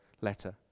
letter